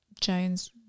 Jones